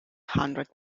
hundred